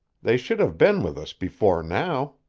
they should have been with us before now.